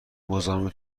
مزاحم